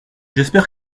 j’espère